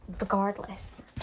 regardless